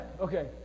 Okay